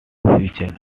future